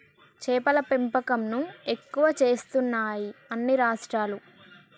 చేపల పెంపకం ను ఎక్కువ చేస్తున్నాయి అన్ని రాష్ట్రాలు